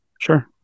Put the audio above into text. sure